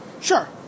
Sure